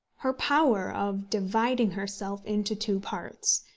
her power of dividing herself into two parts,